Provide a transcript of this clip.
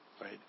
right